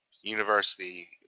university